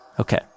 Okay